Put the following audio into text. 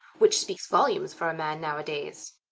which speaks volumes for a man, nowadays.